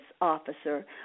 Officer